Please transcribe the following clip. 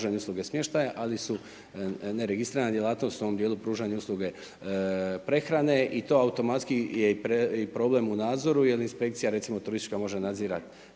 pružanja usluge smještaja, ali su neregistrirana djelatnost u ovom djelu pružanja usluge prehrane i to automatski je i problem u nadzoru jer inspekcija recimo turistička može nadzirat